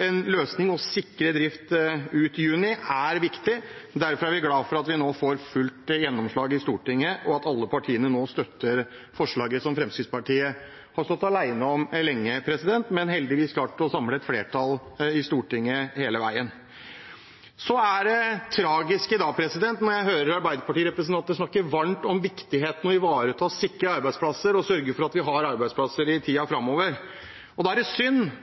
en løsning og sikre drift ut juni er viktig, og derfor er vi glad for at vi nå får fullt gjennomslag i Stortinget, og at alle partiene nå støtter forslaget som Fremskrittspartiet har stått alene om lenge, men heldigvis klart å samle et flertall om i Stortinget hele veien. Så til det tragiske: Når jeg hører arbeiderpartirepresentantene snakke varmt om viktigheten av å ivareta og sikre arbeidsplasser og sørge for at vi har arbeidsplasser i tiden framover, er det synd